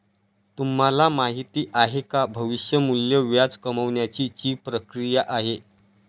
तुम्हाला माहिती आहे का? भविष्य मूल्य व्याज कमावण्याची ची प्रक्रिया आहे